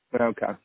Okay